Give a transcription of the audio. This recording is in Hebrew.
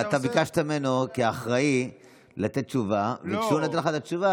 תבטלו את ההסכם.